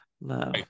Love